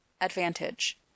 advantage